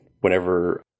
whenever